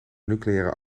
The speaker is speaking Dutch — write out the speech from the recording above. nucleaire